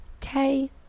Tay